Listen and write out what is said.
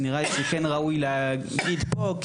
שנראה לי שכן ראוי לספר עליו פה,